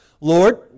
Lord